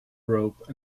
rope